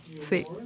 Sweet